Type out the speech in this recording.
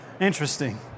Interesting